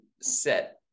set